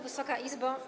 Wysoka Izbo!